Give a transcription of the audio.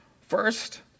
First